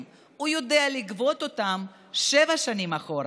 הוא יודע לגבות אותם שבע שנים אחורה,